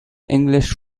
english